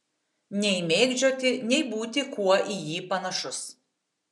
nei mėgdžioti nei būti kuo į jį panašus